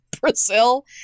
Brazil